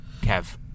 Kev